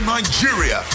Nigeria